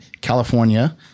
California